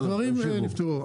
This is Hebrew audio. אבל הדברים נפתרו.